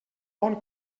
bon